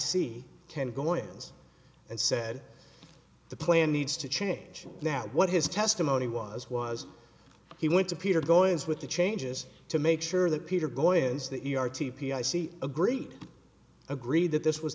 see can go is and said the plan needs to change now what his testimony was was he went to peter goings with the changes to make sure that peter boy is that you are t p i see agreed agreed that this was